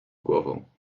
głową